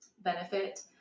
benefit